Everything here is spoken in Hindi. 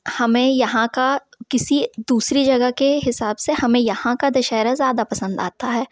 हमें यहाँ का किसी दूसरी जगह के हिसाब से हमें यहाँ का दशहरा ज़्यादा पसंद आता है